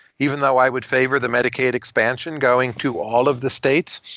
even though i would favor the medicaid expansion going to all of the states.